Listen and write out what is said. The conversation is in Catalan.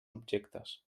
objectes